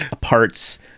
parts